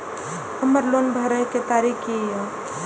हमर लोन भरय के तारीख की ये?